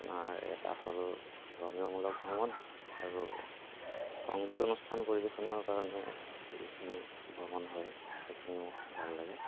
আপোনাৰ এটা হ'ল ধৰ্মীয়মূলক ভ্ৰমণ আৰু সংগীত অনুষ্ঠান পৰিৱেশনৰ কাৰণে যিখিনি ভ্ৰমণ হয় সেইখিনিও ভাল লাগে